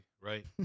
right